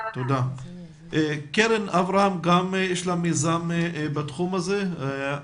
גם לקרן אברהם יש מיזם בתחום הזה.